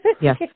Yes